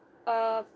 err